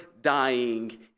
dying